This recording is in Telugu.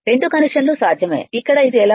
రెండు కనెక్షన్లు సాధ్యమే ఇక్కడ ఇది ఎలా